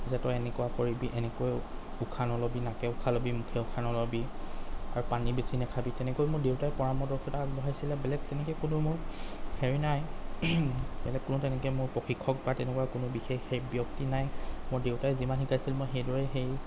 যে তই এনেকুৱা কৰিবি এনেকৈ উশাহ নল'বি নাকে উশাহ ল'বি মুখে উশাস নল'বি আৰু পানী বেছি নেখাবি তেনেকৈ মোৰ দেউতাই পৰামদৰ্শিতা আগবঢ়াইছিলে বেলেগ তেনেকৈ কোনো মোৰ হেৰি নাই বেলেগ কোনো তেনেকৈ মোৰ প্ৰশিক্ষক বা তেনেকুৱা কোনো বিশেষ সেই ব্যক্তি নাই মোৰ দেউতাই যিমান শিকাইছিল মই হেইদৰেই সেই